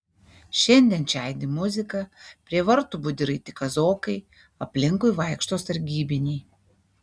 šiandien čia aidi muzika prie vartų budi raiti kazokai aplinkui vaikšto sargybiniai